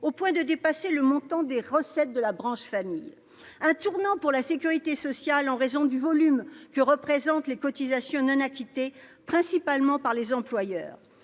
au point de dépasser le montant des recettes de la branche famille. C'est un tournant pour la sécurité sociale en raison du volume que représentent les cotisations non acquittées, principalement par les employeurs,